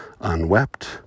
unwept